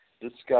discuss